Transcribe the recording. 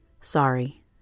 Sorry